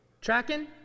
Tracking